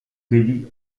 kelly